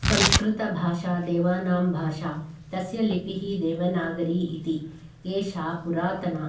संस्कृतभाषा देवानां भाषा तस्य लिपिः देवनागरी इति एषा पुरातना